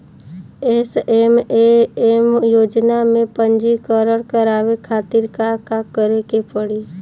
SMAM योजना में पंजीकरण करावे खातिर का का करे के पड़ी?